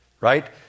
right